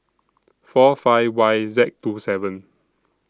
four five Y Z two seven